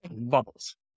bubbles